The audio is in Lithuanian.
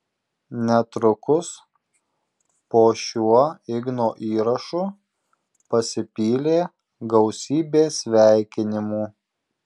netrukus po šiuo igno įrašu pasipylė gausybė sveikinimų